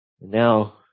Now